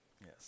Yes